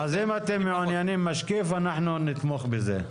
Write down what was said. אם אתם מעוניינים משקיף, אנחנו נתמוך בזה.